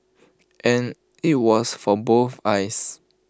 and IT was for both eyes